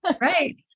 right